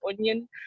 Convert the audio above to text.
onion